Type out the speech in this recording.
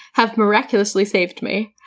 have miraculously saved me.